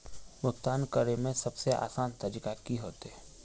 भुगतान करे में सबसे आसान तरीका की होते?